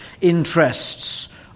interests